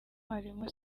harimo